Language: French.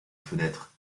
fenêtre